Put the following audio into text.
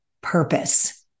Purpose